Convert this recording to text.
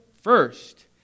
first